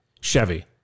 Chevy